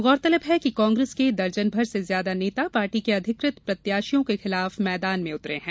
गौरतलब है कि कांग्रेस के दर्जनभर से ज्यादा नेता पार्टी के अधिकृत प्रत्याशियों के खिलाफ मैदान में उतरे हैं